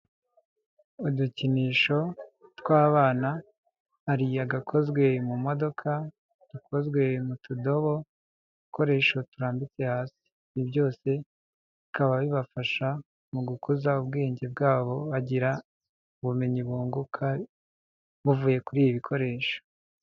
Udukinisho tw'abana ari gakozwe mu modoka dukozwe mu tudobo, udukoresho turambitse hasi, ibi byose bikaba bibafasha mu gukuza ubwenge bwabo, bagira ubumenyi bunguka buvuye kuri ibi bikoresho.